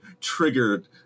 triggered